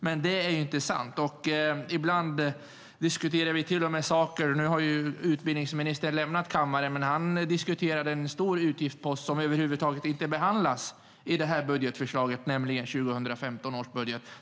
Men det är inte sant. Nu har utbildningsministern lämnat kammaren, men han diskuterade en stor utgiftspost som över huvud taget inte behandlas i budgetförslaget, nämligen 2015 års budget.